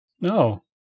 No